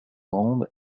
grande